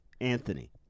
Anthony